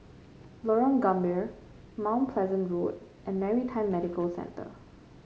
Lorong Gambir Mount Pleasant Road and Maritime Medical Centre